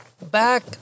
Back